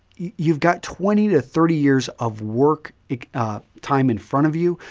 you've got twenty to thirty years of work time in front of you.